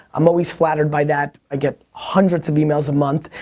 i'm always flattered by that. i get hundred of emails a month.